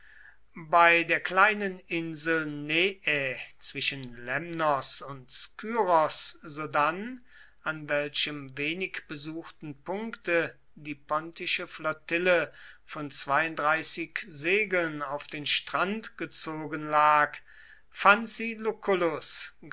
bei der kleinen insel neä zwischen lemnos und skyros sodann an welchem wenig besuchten punkte die pontische flottille von segeln auf den strand gezogen lag fand sie